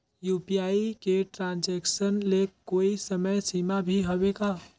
UPI के transaction ले कोई समय सीमा भी हवे का?